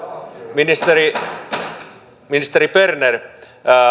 ministeri ministeri berner